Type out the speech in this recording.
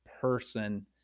person